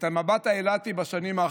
את המבט האילתי בשנים האחרונות.